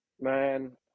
Man